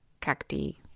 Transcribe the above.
cacti